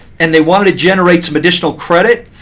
and they wanted to generate some additional credit,